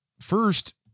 First